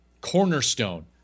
cornerstone